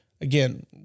again